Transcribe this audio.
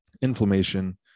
inflammation